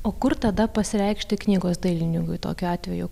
o kur tada pasireikšti knygos dailininkui tokiu atveju